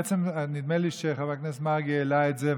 ובעצם נדמה לי שחבר הכנסת מרגי העלה את זה,